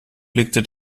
blickte